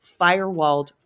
firewalled